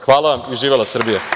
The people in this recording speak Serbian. Hvala vam i živela Srbija.